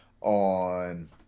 on